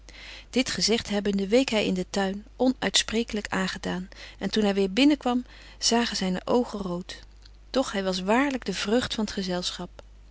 dit gezegt hebbende week hy in den tuin onuitspreeklyk aangedaan en toen hy weêr binnen kwam zagen zyne oogen root doch hy was waarlyk de vreugd van t gezelschap